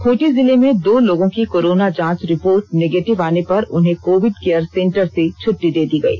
खूंटी जिले में दो लोगों की कोरोना जांच रिपोर्ट निगेटिव आने पर उन्हें कोविड केयर सेंटर से छुट्टी दे दी गयी